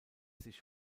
sich